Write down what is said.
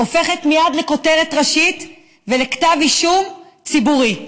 הופכת מייד לכותרת ראשית ולכתב אישום ציבורי.